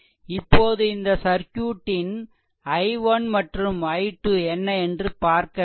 இப்போது இந்த சர்க்யூட்டின் i1 மற்றும் i2 என்ன என்று பார்க்க வேண்டும்